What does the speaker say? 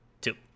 two